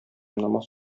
намаз